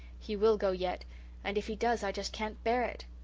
he will go yet and if he does i just can't bear it.